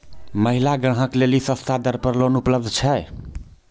महिला ग्राहक लेली सस्ता दर पर लोन उपलब्ध छै?